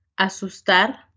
Asustar